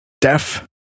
deaf